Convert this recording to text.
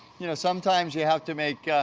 you know, sometimes you have to make,